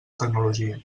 tecnologia